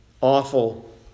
awful